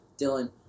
Dylan